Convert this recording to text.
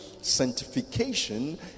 sanctification